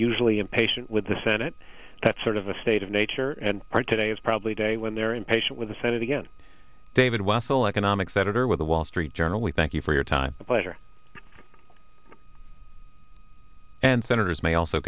usually impatient with the senate that's sort of a state of nature and part today is probably day when they're impatient with the senate again david wessel economics editor with the wall street journal we thank you for your time a pleasure and senators may also